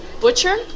Butcher